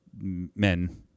men